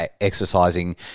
exercising